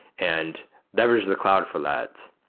and diversion the cloud for that.